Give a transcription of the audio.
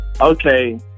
Okay